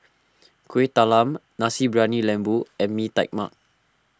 Kuih Talam Nasi Briyani Lembu and Mee Tai Mak